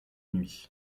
nuit